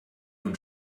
uns